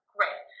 Great